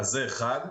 זה אחד.